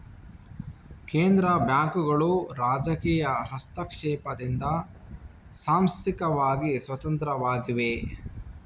ಕೇಂದ್ರ ಬ್ಯಾಂಕುಗಳು ರಾಜಕೀಯ ಹಸ್ತಕ್ಷೇಪದಿಂದ ಸಾಂಸ್ಥಿಕವಾಗಿ ಸ್ವತಂತ್ರವಾಗಿವೆ